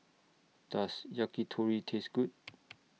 Does Yakitori Taste Good